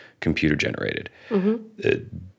computer-generated